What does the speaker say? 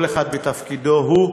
כל אחד בתפקידו הוא,